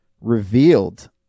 revealed